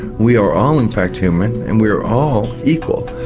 we are all in fact human, and we are all equal.